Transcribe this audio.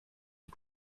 und